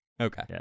Okay